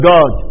God